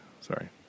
Sorry